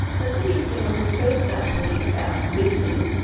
so it's interesting when we first start thinking about listening,